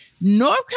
North